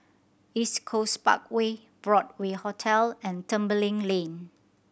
East Coast Parkway Broadway Hotel and Tembeling Lane